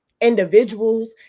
individuals